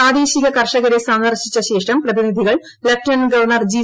പ്രാദേശിക കർഷക്കരെ സന്ദർശിച്ച ശേഷം പ്രതിനിധികൾ ലഫ്റ്റനന്റ് ഗവർണർ ജി